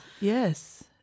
Yes